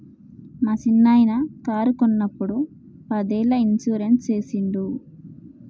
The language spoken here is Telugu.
మా సిన్ననాయిన కారు కొన్నప్పుడు పదేళ్ళ ఇన్సూరెన్స్ సేసిండు